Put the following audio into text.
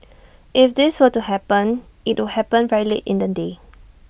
if this were to happen IT would happen very late in the day